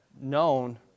known